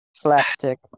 Plastic